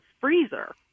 freezer